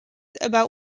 about